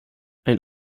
ein